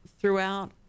throughout